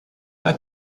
pas